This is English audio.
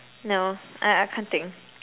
no I I can't think